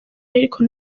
ariko